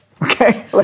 Okay